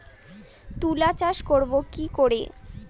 তুলা চাষ করব কি করে?